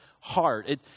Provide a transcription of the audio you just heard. heart